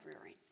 rearing